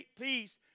peace